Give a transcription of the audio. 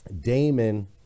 Damon